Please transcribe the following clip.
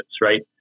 right